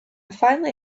finally